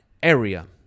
area